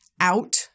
out